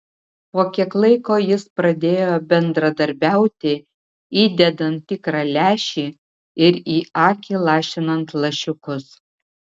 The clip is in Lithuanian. po kiek laiko jis pradėjo bendradarbiauti įdedant tikrą lęšį ir į akį lašinant lašiukus